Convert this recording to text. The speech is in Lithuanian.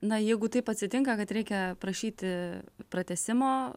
na jeigu taip atsitinka kad reikia prašyti pratęsimo